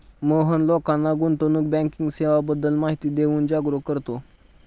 मोहन लोकांना गुंतवणूक बँकिंग सेवांबद्दल माहिती देऊन जागरुक करतो